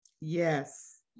Yes